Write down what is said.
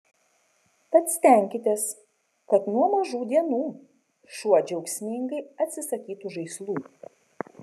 tad stenkitės kad nuo mažų dienų šuo džiaugsmingai atsisakytų žaislų